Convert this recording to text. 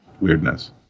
weirdness